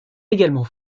également